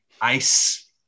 ice